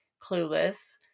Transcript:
Clueless